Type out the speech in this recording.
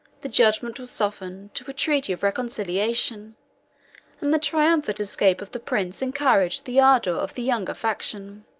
the judgment was softened to a treaty of reconciliation and the triumphant escape of the prince encouraged the ardor of the younger faction.